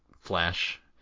flash